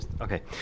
Okay